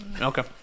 Okay